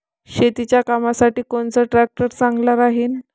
शेतीच्या कामासाठी कोनचा ट्रॅक्टर चांगला राहीन?